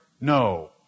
No